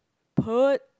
put